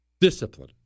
Discipline